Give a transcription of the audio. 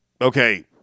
okay